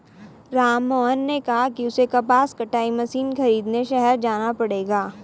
राममोहन ने कहा कि उसे कपास कटाई मशीन खरीदने शहर जाना पड़ेगा